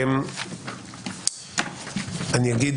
אגיד